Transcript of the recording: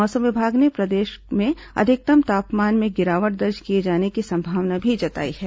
मौसम विभाग ने प्रदेश में अधिकतम तापमान में गिरावट दर्ज किए जाने की संभावना भी जताई है